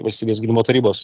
valstybės gynimo tarybos